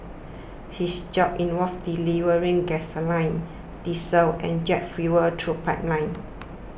his job involved delivering gasoline diesel and jet fuel through pipelines